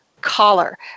collar